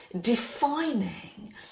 defining